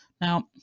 Now